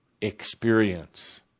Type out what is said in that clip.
experience